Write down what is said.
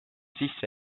sisse